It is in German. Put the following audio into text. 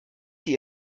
die